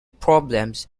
problems